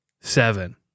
Seven